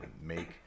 make